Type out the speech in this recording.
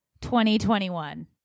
2021